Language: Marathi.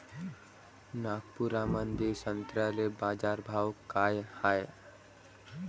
नागपुरामंदी संत्र्याले बाजारभाव काय हाय?